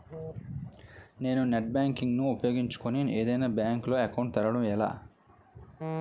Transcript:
నేను net banking ను ఉపయోగించుకుని ఏదైనా బ్యాంక్ లో అకౌంట్ తెరవడం ఎలా?